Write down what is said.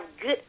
good